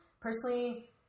Personally